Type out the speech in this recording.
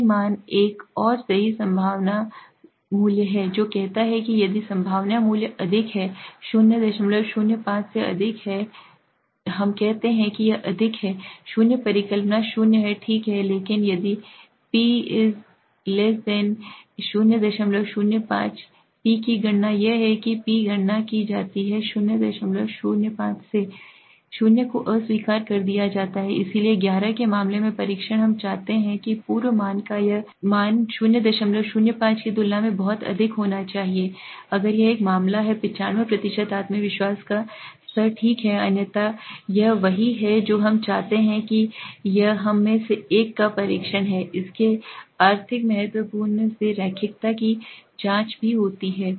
P मान एक और सही संभावना संभावना मूल्य है जो कहता है कि यदि संभावना मूल्य अधिक है 005 से अधिक है हम कहते हैं कि यह अधिक है शून्य परिकल्पना शून्य है ठीक है लेकिन यदि p 005 पी की गणना यह है पी गणना की जाती है 005 से कम है शून्य को अस्वीकार कर दिया जाता है इसलिए ग्यारह के मामले में परीक्षण हम चाहते हैं कि पूर्व मान का यह मान 005 की तुलना में बहुत अधिक होना चाहिए अगर यह एक मामला है 95 आत्मविश्वास का स्तर ठीक है अन्यथा यह वही है जो हम चाहते हैं कि यह हम में से एक का परीक्षण है इसके माध्यम से रैखिकता की जांच भी ठीक है